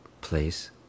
place